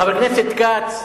חבר הכנסת כץ.